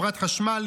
חברת החשמל,